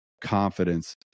confidence